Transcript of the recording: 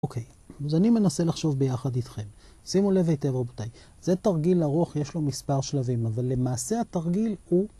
אוקיי, אז אני מנסה לחשוב ביחד איתכם, שימו לב היטב רבותיי, זה תרגיל ארוך, יש לו מספר שלבים, אבל למעשה התרגיל הוא